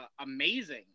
amazing